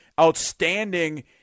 outstanding